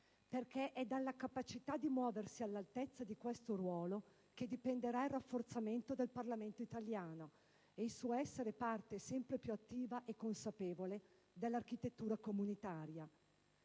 perché è dalla capacità di muoversi all'altezza di questo ruolo che dipenderà il rafforzamento del Parlamento italiano e il suo essere parte sempre più attiva e consapevole dell'architettura comunitaria.